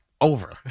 over